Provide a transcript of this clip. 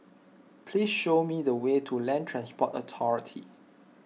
please show me the way to Land Transport Authority